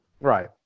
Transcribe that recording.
right